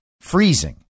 freezing